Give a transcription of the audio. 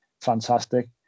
Fantastic